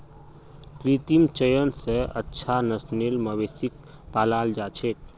कृत्रिम चयन स अच्छा नस्लेर मवेशिक पालाल जा छेक